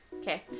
Okay